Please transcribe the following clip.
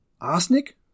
arsenic